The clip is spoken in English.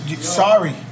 Sorry